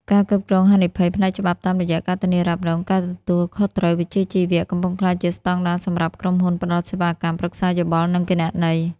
ការគ្រប់គ្រងហានិភ័យ ផ្នែកច្បាប់តាមរយៈ ការធានារ៉ាប់រង ការទទួលខុសត្រូវវិជ្ជាជីវៈ កំពុងក្លាយជាស្ដង់ដារសម្រាប់ក្រុមហ៊ុនផ្ដល់សេវាកម្មប្រឹក្សាយោបល់ និងគណនេយ្យ។